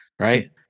right